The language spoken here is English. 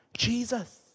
Jesus